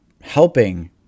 helping